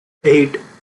eight